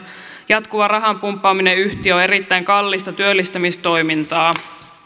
jatkuva rahan pumppaaminen yhtiöön on erittäin kallista työllistämistoimintaa